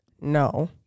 No